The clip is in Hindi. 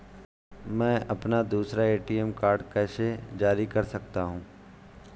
मैं अपना दूसरा ए.टी.एम कार्ड कैसे जारी कर सकता हूँ?